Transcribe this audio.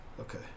Okay